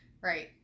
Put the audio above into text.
Right